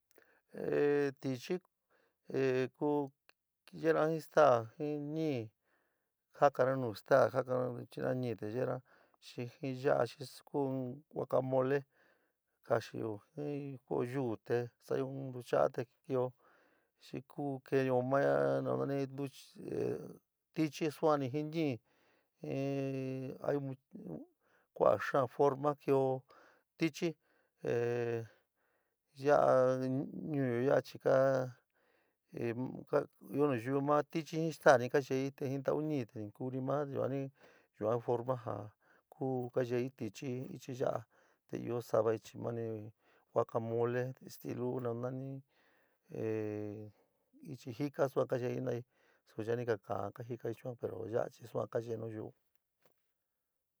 Ee, tichi ee kuu yeena jii stand jii ñii, jakara nuu staa satara, chiira ñii te veera jii yoba, jii kuu in huacamole kaso ji kao yuu te sadyo in tuchada te kao xií kuu kao nu tchi saamí jii ñii, jii kuuja xaa forma kao tchi ee yora ñnuyo yoba chii kao io noyiu mo tchi, jir stand kayei jii ñii tau jir tchi nt kunt io noyiu yuu forma jo kuu kayei tchi jir ñii yora te io savoi nani huacamole astuu nanoni nii. jisa sua kayei jenoi, suchi ñii kao jo kajakai ichi chuua pero ya´a chii sua kayee nayuu.